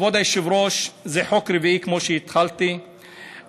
כבוד היושב-ראש, זה חוק רביעי, כמו שהתחלתי לומר.